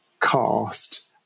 cast